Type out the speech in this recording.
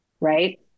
right